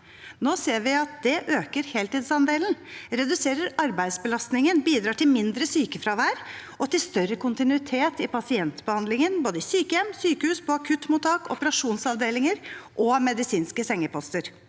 Nå ser vi at det øker heltidsandelen, reduserer arbeidsbelastningen og bidrar til mindre sykefravær og større kontinuitet i pasientbehandlingen både i sykehjem, i sykehus, på akuttmottak, i operasjonsavdelinger og på medisinske sengeposter.